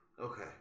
Okay